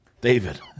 David